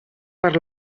per